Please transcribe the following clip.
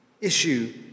issue